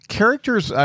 characters